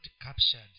captured